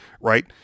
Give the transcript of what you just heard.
right